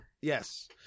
Yes